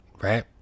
right